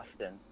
Austin